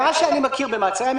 --- במעצרי ימים